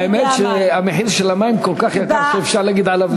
האמת שהמחיר של המים כל כך יקר שאפשר להגיד עליהם לחיים.